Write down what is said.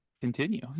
continue